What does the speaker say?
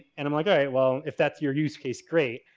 and i'm like, alright, well, if that's your use case, great.